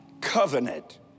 covenant